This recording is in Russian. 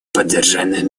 поддержанию